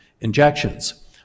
injections